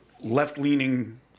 left-leaning